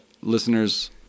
Listeners